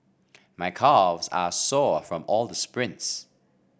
my calves are sore from all the sprints